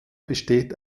besteht